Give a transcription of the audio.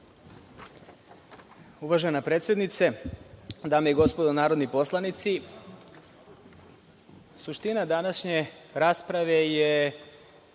Uvažena predsednice, dame i gospodo narodni poslanici, suština današnje rasprave je